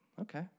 okay